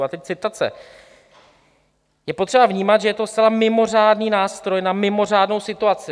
A teď citace: Je potřeba vnímat, že to je zcela mimořádný nástroj na mimořádnou situaci.